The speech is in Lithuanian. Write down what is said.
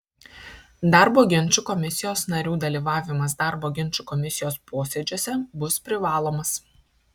darbo ginčų komisijos narių dalyvavimas darbo ginčų komisijos posėdžiuose bus privalomas